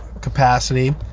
capacity